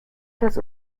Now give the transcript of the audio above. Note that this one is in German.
das